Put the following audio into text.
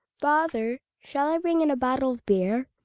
father, shall i bring in a bottle of beer?